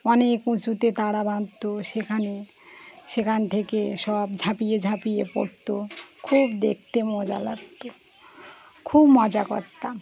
অনেক উঁচুতে তাড়া বাঁধত সেখান সেখান থেকে সব ঝাঁপিয়ে ঝাঁপিয়ে পড়ত খুব দেখতে মজা লাগত খুব মজা করতাম